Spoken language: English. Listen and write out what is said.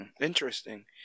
Interesting